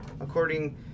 according